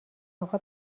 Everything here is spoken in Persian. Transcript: اقا